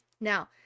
Now